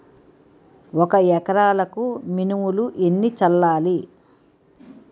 ఒక ఎకరాలకు మినువులు ఎన్ని చల్లాలి?